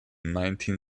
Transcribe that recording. nineteen